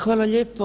Hvala lijepo.